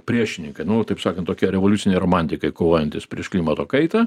priešininkai nu taip sakant tokie revoliuciniai romantikai kovojantys prieš klimato kaitą